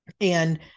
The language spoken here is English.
And-